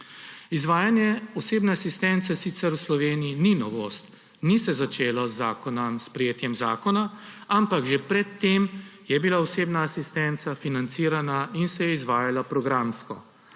Izvajanje osebne asistence sicer v Sloveniji ni novost, ni se začelo s sprejetjem zakona, ampak že pred tem je bila osebna asistenca financirana in se je izvajala programsko.